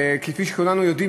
כפי שכולנו יודעים,